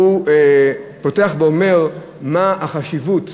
שהוא פותח ואומר מה החשיבות,